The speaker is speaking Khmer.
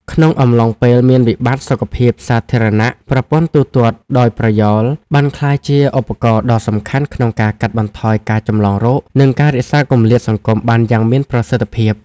ក្នុងអំឡុងពេលមានវិបត្តិសុខភាពសាធារណៈ ប្រព័ន្ធទូទាត់ដោយប្រយោល បានក្លាយជាឧបករណ៍ដ៏សំខាន់ក្នុងការកាត់បន្ថយការចម្លងរោគ និងការរក្សាគម្លាតសង្គមបានយ៉ាងមានប្រសិទ្ធភាព។